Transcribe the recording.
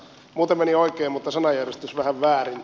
muuten meni oikein mutta sanajärjestys vähän väärin